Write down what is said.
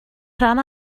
rhan